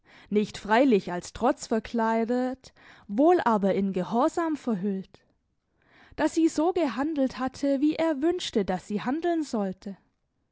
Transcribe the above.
nicht freilich als trotz verkleidet wohl aber in gehorsam verhüllt daß sie so gehandelt hatte wie er wünschte daß sie handeln sollte